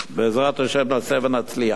בעזרת השם נעשה ונצליח.